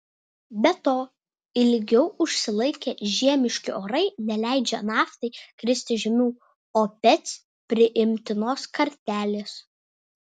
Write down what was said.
be to ilgiau užsilaikę žiemiški orai neleidžia naftai kristi žemiau opec priimtinos kartelės